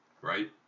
right